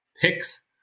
picks